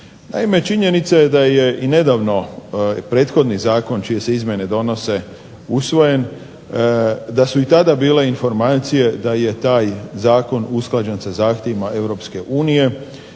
Naime, činjenica je da je nedavno prethodni zakon čije se izmjene donose usvojen, da su i tada bile informacije da je taj Zakon usklađen sa zahtjevima